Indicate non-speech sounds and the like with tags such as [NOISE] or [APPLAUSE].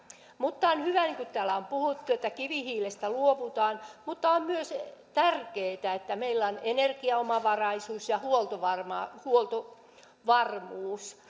on hyvä niin kuin täällä on puhuttu että kivihiilestä luovutaan mutta on myös tärkeää että meillä on energiaomavaraisuus ja huoltovarmuus [UNINTELLIGIBLE]